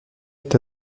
est